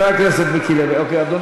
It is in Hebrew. חבר הכנסת מיקי לוי, אוקיי.